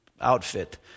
outfit